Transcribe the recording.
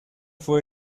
fue